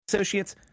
Associates